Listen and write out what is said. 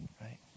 right